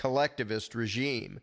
collectivist regime